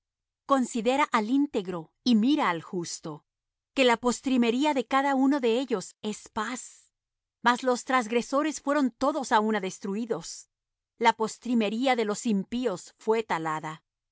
considera al íntegro y mira al justo que la postrimería de cada uno de ellos es paz mas los transgresores fueron todos á una destruídos la postrimería de los impíos fué talada